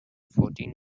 fourteen